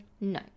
no